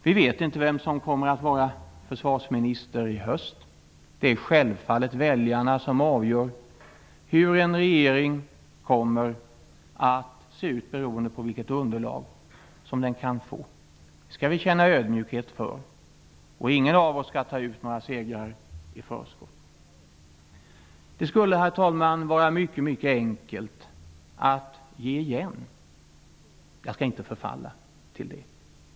Vi vet inte vem som kommer att vara försvarsminister i höst. Det är självfallet väljarna som avgör hur en regering kommer att se ut, beroende på vilket underlag som den kan få. Det skall vi känna ödmjukhet för. Ingen av oss skall ta ut segrar i förskott. Det skulle, herr talman, vara mycket enkelt att ge igen. Jag skall inte förfalla till det.